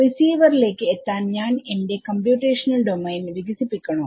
receiver ലേക്ക് എത്താൻ ഞാൻ എന്റെ കമ്പ്യൂട്ടേഷണൽ ഡോമെയിൻ വികസിപ്പിക്കണോ